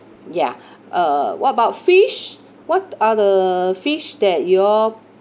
ya uh what about fish what are the fish that you all